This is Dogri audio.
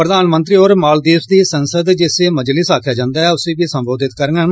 प्रधानमंत्री होर मालदीव्स दी संसद जिसी मजलिस आखेआ जंदा ऐ उसी बी संबोधित करडन